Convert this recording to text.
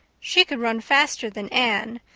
she could run faster than anne,